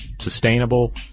sustainable